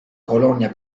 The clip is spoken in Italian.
colonia